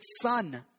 son